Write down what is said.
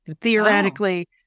theoretically